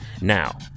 Now